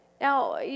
Now